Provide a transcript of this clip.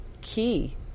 key